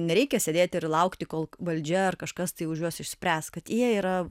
nereikia sėdėti ir laukti kol valdžia ar kažkas tai už juos išspręs kad jie yra